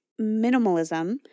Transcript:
minimalism